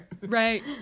Right